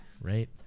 right